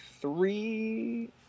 three